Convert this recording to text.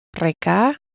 reka